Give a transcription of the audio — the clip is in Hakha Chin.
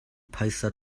phaisa